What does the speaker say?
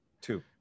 Two